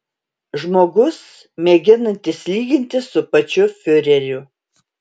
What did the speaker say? žmogus mėginantis lygintis su pačiu fiureriu